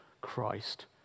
Christ